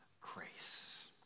grace